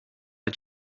are